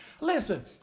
Listen